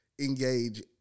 Engage